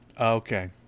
Okay